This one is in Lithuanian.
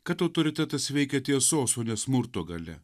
kad autoritetas veikia tiesos o ne smurto galia